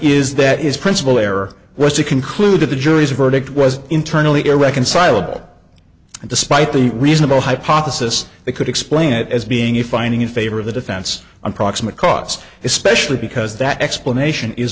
is that his principle error was to conclude that the jury's verdict was internally irreconcilable despite the reasonable hypothesis that could explain it as being a finding in favor of the defense on proximate cause especially because that explanation is